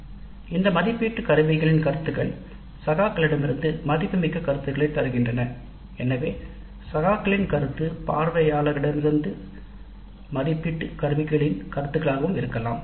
ஆதலால் மதிப்பீட்டுக் கருவிகளின் கருத்துக்கள் மற்றும் சகாக்களிடம் இருந்து பெற்ற கருத்துக்கள் ஆகிய இரண்டிலும் இருந்து பின்னூட்ட கருத்துக்கள் கிடைக்கலாம்